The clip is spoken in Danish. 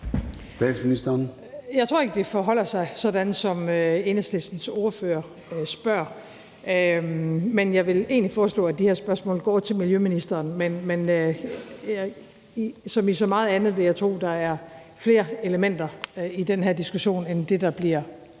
Frederiksen): Jeg tror ikke, det forholder sig sådan, som Enhedslistens ordfører spørger. Jeg vil egentlig foreslå, at de her spørgsmål går til miljøministeren. Men som med så meget andet vil jeg tro, der er flere elementer i den her diskussion end det, der bliver